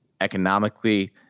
economically